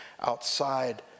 outside